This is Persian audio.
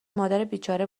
مادربیچاره